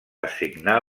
assignar